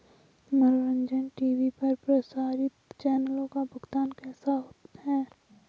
मनोरंजन टी.वी पर प्रसारित चैनलों का भुगतान कैसे होता है?